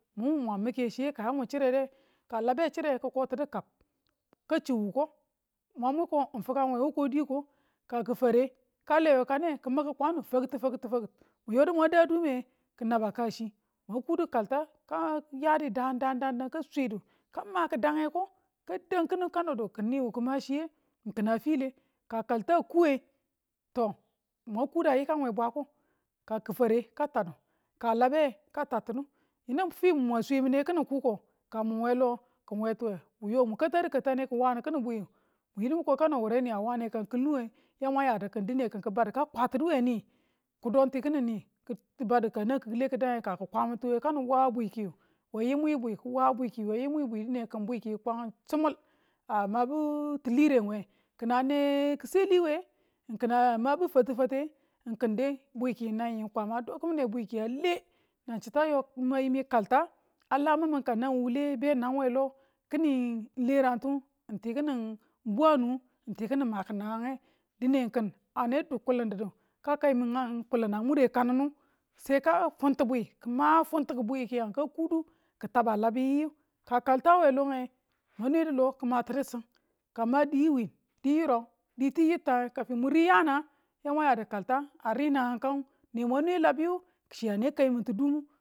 mun wu mwag mike chiye ka yamu chire de, ka labe chire kiko tinu kab ka chiu wuko mwan yibu ko ka chiu wuko, mwan muko ng fikang we wuko diko ka kifare ng kalewe kane ki mi̱ki̱ kwanu faktu faktu faktu, mu yo du mwang dadume ki naba ka chi mwan kudo kalta ka yadu daan daan daan ka swedu ka ma kidange ko ka dang kinu kanodu ki̱n niwu ki ma chiye ng kin a file ka kalta kuwe toh, mwan kudu a yikan we bweko ka kifareye ka tadu ka labeye ka tatinu yinu fi mwan swe mine kini kuko ka mun we lo kin wetuwe wu yo mun katadu takane ki wanu kini bweyu mu yidu mwi ko kano du wureni a wane kini bwikiyu mu yidu kano wureni a wane ka ng kil nu ye yamwang yadu nin dine kin ki̱ badu ka kwatinu we nii kidon ti kining nii ki̱ badu ka nan ki̱kikile kikidangeng ka ki̱ kwa min tuwe kanin wa bwi kiyu we yimwi bwi ki wa bwi kiyu yu we yimwi bwi dine kin bwi kiyu kwang sumul a mabu tilireng kin na kiseli we ng kin a mabu fatefate ng kin dai bwe kiyu nan yiyu kwama do kimine bwi a le ngang chitu a yo ko mayimi kal ta a laminmin ka nang wu wule be kang we lo ki̱ni le rantu ng ti kiking bwanu ng ti kini maki̱ nangang dine kin ane du kulin didu ka kai mi̱n na kulum a mure kan nu sai ka fwun ti bwi, kima funkiki bwi kiyu, ka kudu ki̱ taba labi yu ka kalta a long mwan mwedu lo ki matinu siin ka ng ma di wiin di yirau diti yitta kafinang muri yaana ya mwan yadu kalta a ri nangang kangu ne mwang nwe labiyu chi ane kai min tu dumu